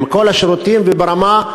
עם כל השירותים וברמה.